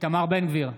איתמר בן גביר,